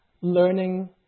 learning